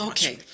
Okay